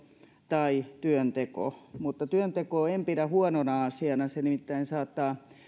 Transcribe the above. tai työnteko mutta työntekoa en pidä huonona asiana se nimittäin saattaa